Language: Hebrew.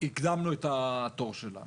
הקדמנו את התור שלנו.